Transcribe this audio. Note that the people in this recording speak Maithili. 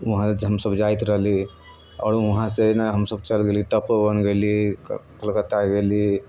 वहाँ हमसभ जाइत रहली आओर वहाँसँ न हमसभ चल गेली तपोवन गेली क कलकत्ता गेली